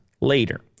later